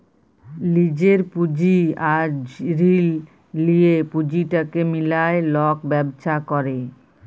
লিজের পুঁজি আর ঋল লিঁয়ে পুঁজিটাকে মিলায় লক ব্যবছা ক্যরে